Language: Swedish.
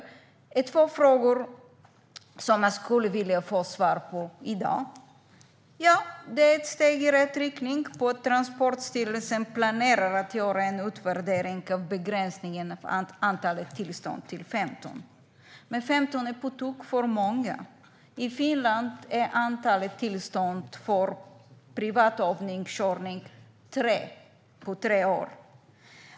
Det är två frågor som jag skulle vilja få svar på i dag. Ja, det är ett steg i rätt riktning att Transportstyrelsen planerar att göra en utvärdering av begränsningen av antalet tillstånd till 15. Men 15 är på tok för många. I Finland är antalet tillstånd för privat övningskörning tre, på tre år.